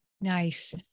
nice